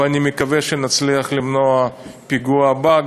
ואני מקווה שנצליח למנוע את הפיגוע הבא.